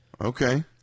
Okay